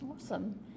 Awesome